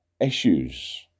issues